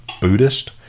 buddhist